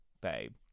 babe